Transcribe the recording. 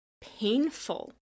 painful